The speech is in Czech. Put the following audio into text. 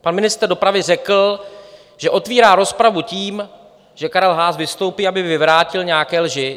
Pan ministr dopravy řekl, že otevírá rozpravu tím, že Karel Haas vystoupí, aby vyvrátil nějaké lži.